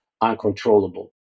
uncontrollable